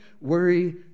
worry